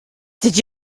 did